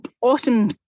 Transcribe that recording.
awesome